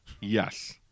Yes